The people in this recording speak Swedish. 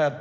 Den